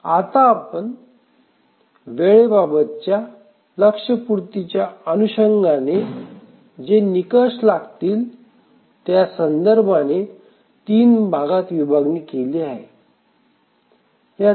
आपण आता वेळेबाबतच्या लक्ष्यपूर्तीच्या अनुषंगाने जे निकष लागतील त्या संदर्भाने तीन भागात विभागणी केली आहे